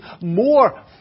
more